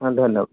হয় ধন্যবাদ